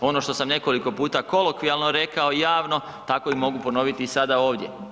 Ono što sam nekoliko puta kolokvijalno rekao javno, tako i mogu ponoviti i sada ovdje.